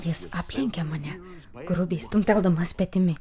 jis aplenkė mane grubiai stumteldamas petimi